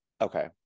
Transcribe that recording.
Okay